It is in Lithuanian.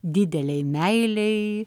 didelei meilei